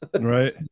Right